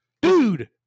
dude